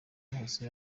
hose